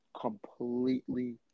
Completely